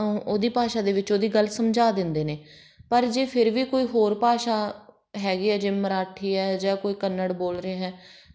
ਉਹਦੀ ਭਾਸ਼ਾ ਦੇ ਵਿੱਚ ਉਹਦੀ ਗੱਲ ਸਮਝਾ ਦਿੰਦੇ ਨੇ ਪਰ ਜੇ ਫਿਰ ਵੀ ਕੋਈ ਹੋਰ ਭਾਸ਼ਾ ਹੈਗੀ ਆ ਜਿਵੇਂ ਮਰਾਠੀ ਹੈ ਜਾਂ ਕੋਈ ਕੰਨੜ ਬੋਲ ਰਿਹਾ